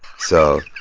so.